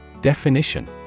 Definition